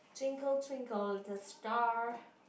twinkle twinkle little star